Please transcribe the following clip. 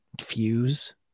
fuse